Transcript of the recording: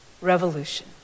revolution